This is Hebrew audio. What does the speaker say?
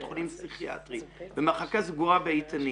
חולים פסיכיאטרי במחלקה סגורה באיתנים